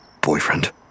boyfriend